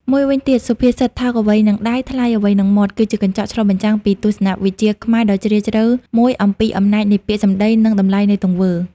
មួយវិញទៀត សុភាសិត "ថោកអ្វីនឹងដៃ ថ្លៃអ្វីនឹងមាត់" គឺជាកញ្ចក់ឆ្លុះបញ្ចាំងពីទស្សនវិជ្ជាខ្មែរដ៏ជ្រាលជ្រៅមួយអំពី អំណាចនៃពាក្យសម្ដី និង តម្លៃនៃទង្វើ។